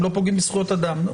חזקה שהם לא פוגעים בזכויות אדם.